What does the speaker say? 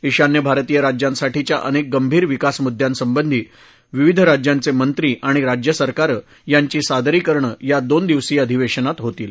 ईशान्य भारतीय राज्यांसाठीच्या अनेक गंभीर विकास मुद्द्यांसंबंधी विविध राज्यांचे मंत्री आणि राज्यसरकारं यांची सादरीकरणं या दोन दोन दिवसीय अधिवेशनात होतील